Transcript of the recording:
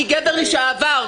אני גבר לשעבר.